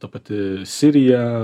ta pati sirija